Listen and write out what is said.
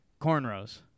cornrows